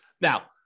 Now